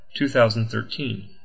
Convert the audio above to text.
2013